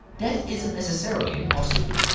death isn't necessarily impossible.